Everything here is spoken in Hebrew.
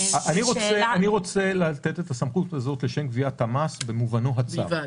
אני רוצה לתת את הסמכות הזאת לשם גביית המס במובנה הצר,